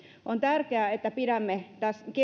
on tärkeää että pidämme